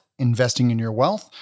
investinginyourwealth